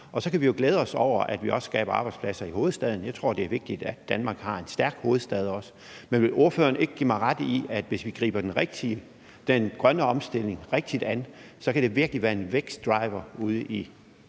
Så kan vi jo glæde os over, at vi også skaber arbejdspladser i hovedstaden. Jeg tror, det er vigtigt, at Danmark også har en stærk hovedstad. Men vil ordføreren ikke give mig ret i, at hvis vi griber den grønne omstilling rigtigt an, kan det virkelig være en vækstdriver ude i